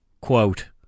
quote